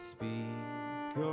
Speak